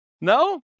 No